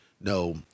no